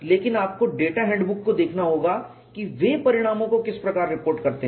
लेकिन आपको data handbook को देखना होगा कि वे परिणामों को किस प्रकार रिपोर्ट करते हैं